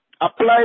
Apply